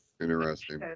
interesting